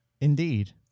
Indeed